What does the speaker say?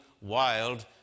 wild